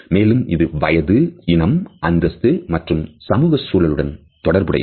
மேலும் இது வயது இனம் அந்தஸ்து மற்றும் சமூக சூழல் உடன் தொடர்புடையது